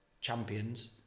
champions